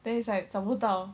then it's like 找不到